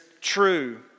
true